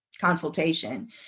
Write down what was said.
consultation